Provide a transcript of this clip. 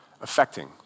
affecting